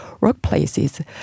workplaces